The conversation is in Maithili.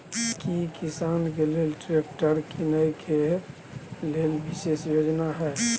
की किसान के लेल ट्रैक्टर कीनय के लेल विशेष योजना हय?